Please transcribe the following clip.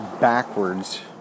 backwards